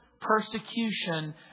persecution